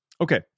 Okay